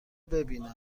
ببینید